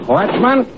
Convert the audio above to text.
Watchman